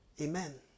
Amen